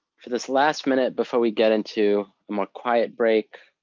for this last minute before we get into a more quiet break,